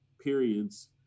periods